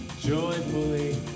Joyfully